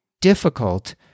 difficult